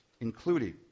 including